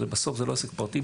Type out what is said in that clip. בסוף זה לא עסק פרטי,